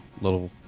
little